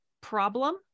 problem